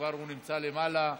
הוא כבר נמצא למעלה.